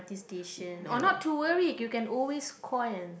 T station or not to worry you can always call an